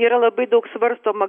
yra labai daug svarstoma